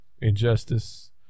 Injustice